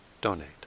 donate